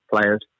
players